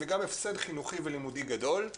וגם הפסד חינוכי ולימודי גדול,